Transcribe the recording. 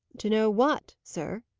to know what, sir?